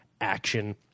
action